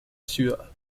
ciudad